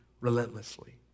relentlessly